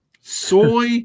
Soy